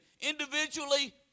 Individually